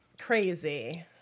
Crazy